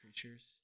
creatures